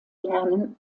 lernen